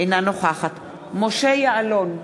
אינה נוכחת משה יעלון,